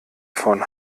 von